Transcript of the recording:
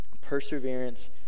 perseverance